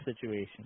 situation